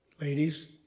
Ladies